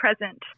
present